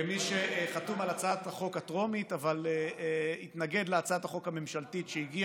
כמי שחתום על הצעת החוק הטרומית אבל התנגד להצעת החוק הממשלתית שהגיעה,